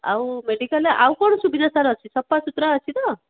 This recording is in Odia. ଆଉ ମେଡ଼ିକାଲ୍ରେ ଆଉ କ'ଣ ସୁବିଧା ସାର୍ ଅଛି ସଫା ସୁତୁରା ଅଛି ତ